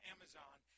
Amazon